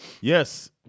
Yes